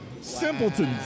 Simpletons